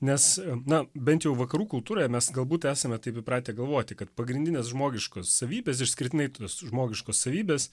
nes na bent jau vakarų kultūroje mes galbūt esame taip įpratę galvoti kad pagrindinės žmogiškos savybės išskirtinai tos žmogiškos savybės